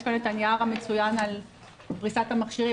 יש כאן אתא הנייר המצוין על פריסת המכשירים,